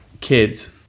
kids